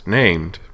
named